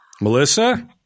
Melissa